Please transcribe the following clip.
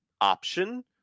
option